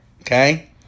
Okay